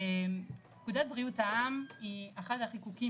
פקודת בריאות העם היא אחד החיקוקים